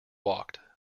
walked